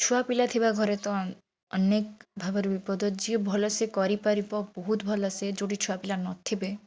ଛୁଆପିଲା ଥିବା ଘରେ ତ ଅନେକ ଭାବରେ ବିପଦ ଯିଏ ଭଲ ସେ କରିପାରିବ ବହୁତ ଭଲ ସେ ଯେଉଁଠି ଛୁଆପିଲା ନଥିବେ